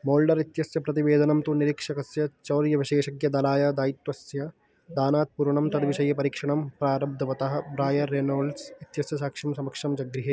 Mulder इत्यस्य प्रतिवेदनं तु निरीक्षकस्य चौर्यविशेषज्ञदलाय दायित्वस्य दानात् पूर्वं तद्विषये परीक्षणं प्रारब्धवतः ब्रायर् रेनोल्ड्स् इत्यस्य साक्ष्यं समक्षं जगृहे